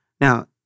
Now